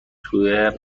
توی